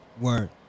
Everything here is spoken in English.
Word